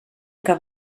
que